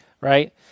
right